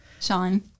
Sean